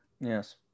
Yes